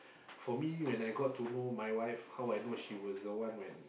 for me when I got to know my wife how I know she was the one when